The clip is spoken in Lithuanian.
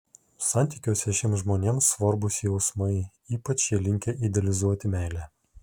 santykiuose šiems žmonėms svarbūs jausmai ypač jie linkę idealizuoti meilę